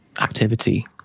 activity